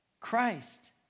Christ